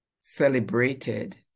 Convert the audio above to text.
celebrated